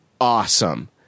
awesome